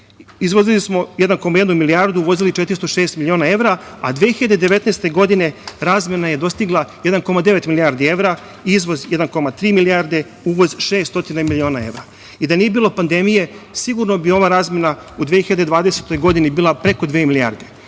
Izvozili smo 1,1 milijardu, a uvozili 406 miliona evra. Godine 2019. razmena je dostigla 1,9 milijarde evra. Izvoz 1,3 milijarde, uvoz 600 miliona evra. Da nije bilo pandemije sigurno bi ova razmena u 2020. godini bila preko dve milijarde. Kada